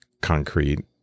concrete